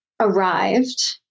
arrived